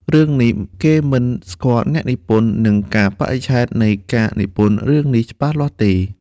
រឿងនេះ គេមិនស្គាល់អ្នកនិពន្ធនិងកាលបរិច្ឆេទនៃការនិពន្ធរឿងនេះច្បាស់លាស់ទេ